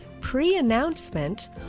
pre-announcement